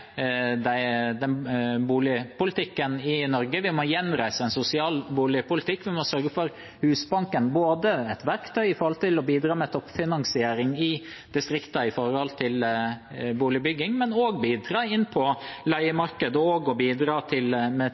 boligpolitikken i Norge. Vi må gjenreise en sosial boligpolitikk. Vi må sørge for at Husbanken er et verktøy for å bidra med toppfinansiering i distriktene med tanke på boligbygging, men også for å bidra på leiemarkedet og for å bidra med tilskudd til